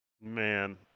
Man